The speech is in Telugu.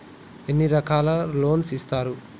ఎన్ని రకాల లోన్స్ ఇస్తరు?